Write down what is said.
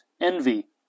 envy